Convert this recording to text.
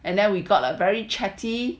and then we got a very chatty